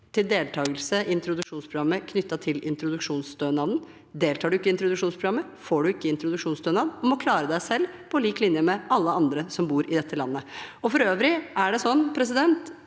til deltakelse i introduksjonsprogrammet knyttet til introduksjonsstønaden. Deltar man ikke i introduksjonsprogrammet, får man ikke introduksjonsstønad og må klare seg selv, på lik linje med alle andre som bor i dette landet. For øvrig er det sånn at det